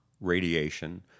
radiation